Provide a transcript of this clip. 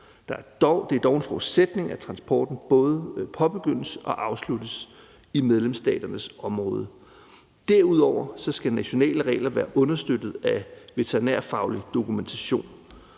Det er dog en forudsætning, at transporten både påbegyndes og afsluttes i medlemsstaternes område. Derudover skal nationale regler være understøttet af veterinærfaglig dokumentation.